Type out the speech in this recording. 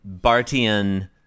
Bartian